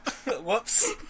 Whoops